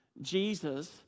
Jesus